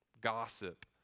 Gossip